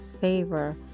favor